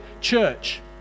church